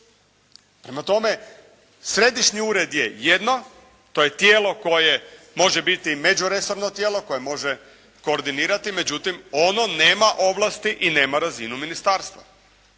Prema tome, središnji ured je jedno. To je tijelo koje može biti međuresorno tijelo koje može koordinirati. Međutim, ono nema ovlasti i nema razinu ministarstva.